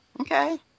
Okay